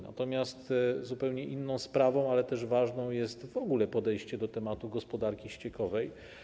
Natomiast zupełnie inną sprawą, ale też ważną, jest w ogóle podejście do tematu gospodarki ściekowej.